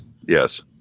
Yes